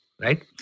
right